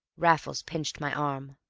raffles pinched my arm.